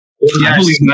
Yes